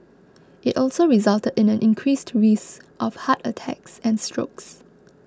it also resulted in an increased risk of heart attacks and strokes